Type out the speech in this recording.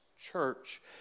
church